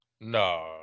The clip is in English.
No